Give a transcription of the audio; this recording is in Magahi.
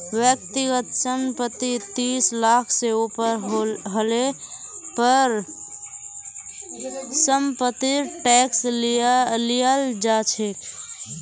व्यक्तिगत संपत्ति तीस लाख से ऊपर हले पर समपत्तिर टैक्स लियाल जा छे